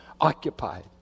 occupied